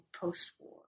post-war